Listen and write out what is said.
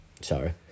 sorry